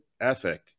ethic